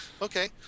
Okay